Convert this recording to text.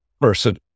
person